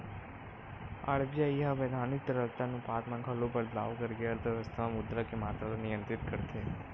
RBI ह बैधानिक तरलता अनुपात म घलो बदलाव करके अर्थबेवस्था म मुद्रा के मातरा ल नियंत्रित करथे